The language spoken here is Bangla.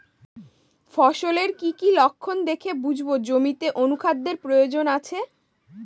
ফসলের কি কি লক্ষণ দেখে বুঝব জমিতে অনুখাদ্যের প্রয়োজন আছে?